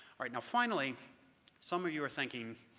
right, now, finally some of you are thinking,